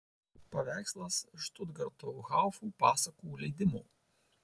paveikslas štutgarto haufo pasakų leidimo